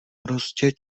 prostě